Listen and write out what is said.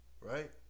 right